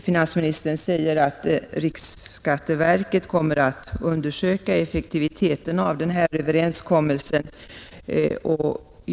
Finansministern säger att riksskatteverket kommer att undersöka effektiviteten av denna överenskommelse.